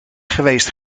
geweest